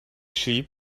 sheep